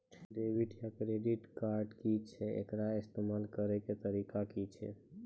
Debit या credit card की छियै? एकर इस्तेमाल करैक तरीका की छियै?